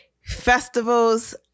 Festivals